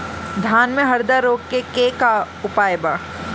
धान में हरदा रोग के का उपाय बा?